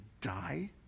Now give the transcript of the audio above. die